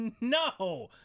no